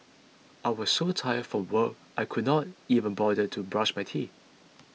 I was so tired from work I could not even bother to brush my teeth